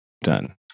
Done